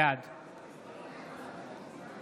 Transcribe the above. בעד